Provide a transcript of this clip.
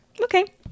Okay